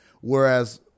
whereas